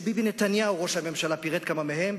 שביבי נתניהו ראש הממשלה פירט כמה מהם,